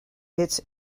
its